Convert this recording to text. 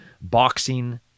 boxing